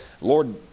Lord